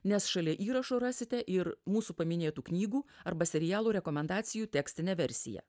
nes šalia įrašo rasite ir mūsų paminėtų knygų arba serialų rekomendacijų tekstinę versiją